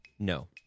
No